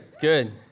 good